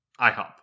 IHOP